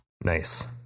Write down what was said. Nice